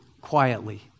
quietly